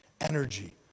energy